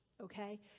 okay